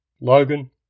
Logan